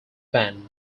band